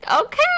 okay